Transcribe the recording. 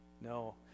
no